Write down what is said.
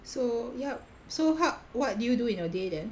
so yup so how what do you do in your day then